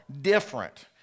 different